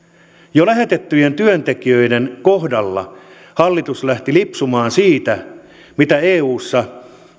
jo lähetettyjen työntekijöiden kohdalla hallitus lähti lipsumaan siitä mitä eussa